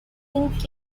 pink